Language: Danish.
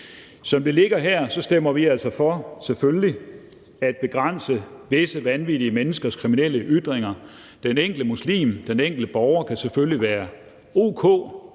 Som det ligger her, stemmer vi altså for – selvfølgelig – at begrænse visse vanvittige menneskers kriminelle ytringer. Den enkelte muslim, den enkelte borger kan selvfølgelig være o.k.